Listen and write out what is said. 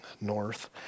north